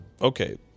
okay